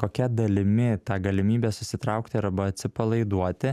kokia dalimi ta galimybę susitraukti arba atsipalaiduoti